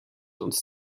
uns